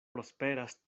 prosperas